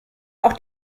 auch